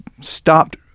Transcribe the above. stopped